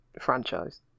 franchise